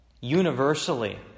universally